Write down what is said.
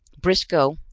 briscoe,